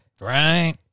Right